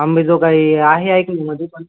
अंबेजोगाई आहे ऐकून मध्ये पण